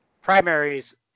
primaries